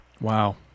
Wow